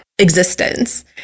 existence